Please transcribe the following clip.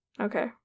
Okay